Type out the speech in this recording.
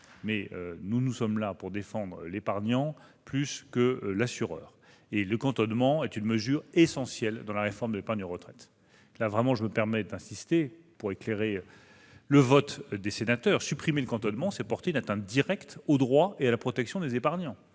mais nous sommes là pour défendre l'épargnant plus que l'assureur. Eh oui ! Le cantonnement est une mesure essentielle dans la réforme de l'épargne retraite. Je me permets d'insister sur ce point : supprimer le cantonnement, c'est porter une atteinte directe aux droits et à la protection des épargnants.